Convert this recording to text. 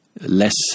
less